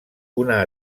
una